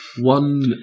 one